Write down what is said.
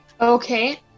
Okay